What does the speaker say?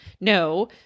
no